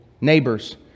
neighbors